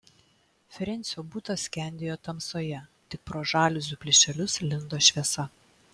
frensio butas skendėjo tamsoje tik pro žaliuzių plyšelius lindo šviesa